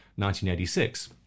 1986